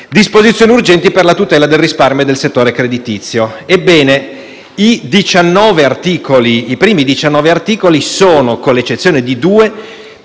«Disposizioni urgenti per la tutela del risparmio e del settore creditizio». Ebbene, i primi 19 articoli sono, con l'eccezione di due,